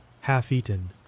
half-eaten